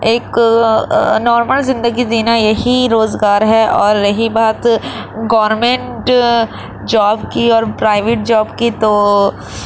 ایک نارمل زندگی جینا یہی روزگار ہے اور رہی بات گورنمینٹ جاب کی اور پرائیویٹ جاب کی تو